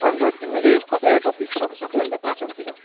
अन्त तिमीले कतिवटा टपिक सकिसक्यौ अन्त क्लासहरूतिर